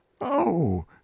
Oh